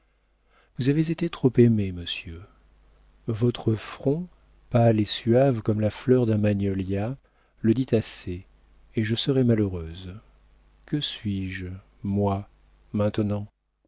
vous avez été trop aimé monsieur votre front pâle et suave comme la fleur d'un magnolia le dit assez et je serai malheureuse que suis-je moi maintenant